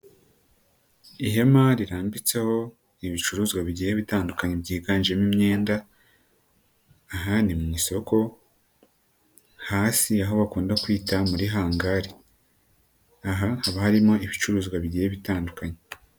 Ihema riranditseho ibicuruzwa bigiye bitandukanye byiganjemo imyenda ,ahandi mu isoko hasi aho bakunda kwita muri hangari , aha haba harimo ibicuruzwa bigiye bitandukanye.